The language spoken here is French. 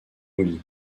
mouly